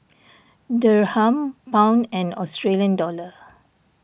Dirham Pound and Australian Dollar